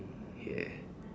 yeah